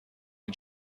این